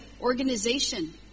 organization